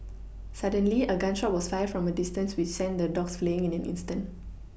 suddenly a gun shot was fired from a distance which sent the dogs fleeing in an instant